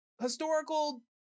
historical